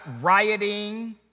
rioting